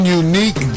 unique